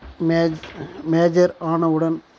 மே major ஆன உடன்